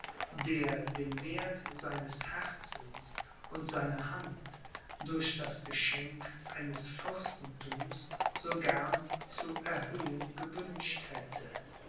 der den werth seines herzens und seiner hand durch das geschenk eines fürstentums so gern zu erhöhen gewünscht hätte